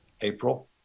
April